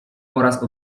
oraz